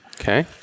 Okay